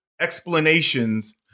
explanations